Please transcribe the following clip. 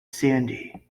sandy